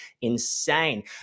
insane